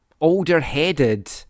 older-headed